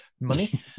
money